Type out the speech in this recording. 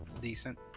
decent